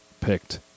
picked